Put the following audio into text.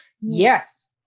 Yes